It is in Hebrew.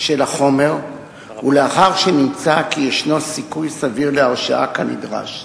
של החומר ולאחר שנמצא כי ישנו סיכוי סביר להרשעה כנדרש.